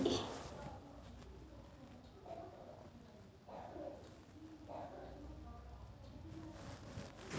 ನಮ್ಮ ವಾರ್ಷಿಕ ಆದಾಯ ಎಷ್ಟು ಅಂತ ಲೆಕ್ಕಾ ಹಾಕಿದ್ರ ಖರ್ಚು ಮಾಡಾಕ ಅನುಕೂಲ ಆಗತೈತಿ